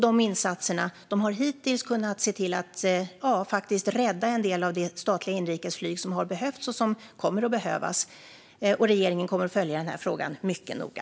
De insatserna har hittills kunnat rädda - ja, faktiskt - en del av det statliga inrikesflyg som har behövts och som kommer att behövas. Regeringen kommer att följa den här frågan mycket noga.